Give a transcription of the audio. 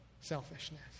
selfishness